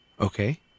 Okay